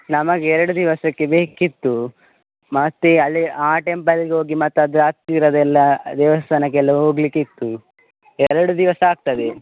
ನಮಗೆ ಎರಡು ದಿವಸಕ್ಕೆ ಬೇಕಿತ್ತು ಮತ್ತೆ ಅಲ್ಲಿ ಆ ಟೆಂಪಲಿಗೆ ಹೋಗಿ ಮತ್ತು ಅದರ ಹತ್ತಿರದೆಲ್ಲ ದೇವಸ್ಥಾನಕ್ಕೆಲ್ಲ ಹೋಗ್ಲಿಕ್ಕೆ ಇತ್ತು ಎರಡು ದಿವಸ ಆಗ್ತದೆ